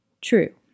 true